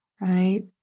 right